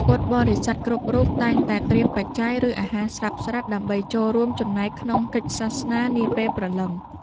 ពុទ្ធបរិស័ទគ្រប់រូបតែងតែត្រៀមបច្ច័យ ឬអាហារស្រាប់ៗដើម្បីចូលរួមចំណែកក្នុងកិច្ចការសាសនានាពេលព្រលឹម។